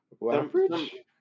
leverage